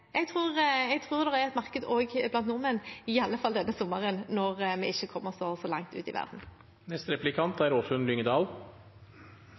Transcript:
Jeg tror det er et marked blant nordmenn, i alle fall denne sommeren, når vi ikke kommer oss så langt ut i